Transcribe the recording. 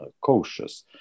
cautious